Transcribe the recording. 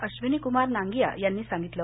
अश्विनीकूमार नांगिया यांनी सांगितलं